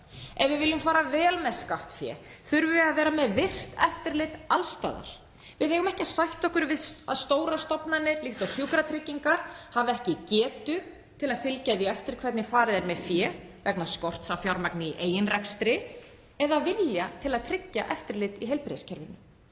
Ef við viljum fara vel með skattfé þurfum við að vera með virkt eftirlit alls staðar. Við eigum ekki að sætta okkur við að stórar stofnanir, líkt og Sjúkratryggingar, hafi ekki getu til að fylgja því eftir hvernig farið er með fé vegna skorts á fjármagni í eigin rekstri eða vilja til að tryggja eftirlit í heilbrigðiskerfinu.